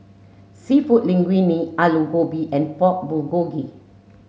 Seafood Linguine Alu Gobi and Pork Bulgogi